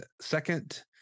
second